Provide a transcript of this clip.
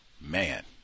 man